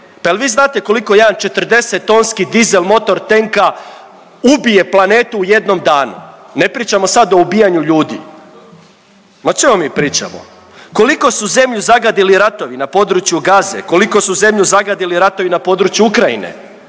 Pa jel vi znate koliko jedan 40-tonski dizel motor tenka ubije planetu u jednom danu? Ne pričamo sad o ubijanju ljudi. Ma o čemu mi pričamo? Koliko su zemlju zagadili ratovi na području Gaze? Koliko su zemlju zagadili ratovi na području Ukrajine